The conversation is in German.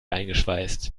eingeschweißt